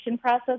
process